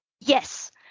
yes